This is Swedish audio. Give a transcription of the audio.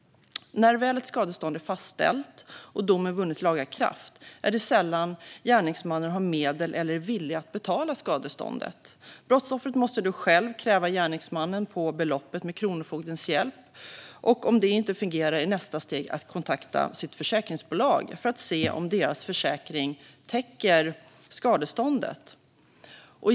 När väl ett skadestånd är fastställt och domen har vunnit laga kraft har gärningsmannen sällan medel eller är sällan villig att betala skadeståndet. Brottsoffret måste då själv med kronofogdens hjälp kräva gärningsmannen på beloppet. Om detta inte fungerar är nästa steg att kontakta sitt försäkringsbolag för att se om försäkringarna där täcker skadeståndet.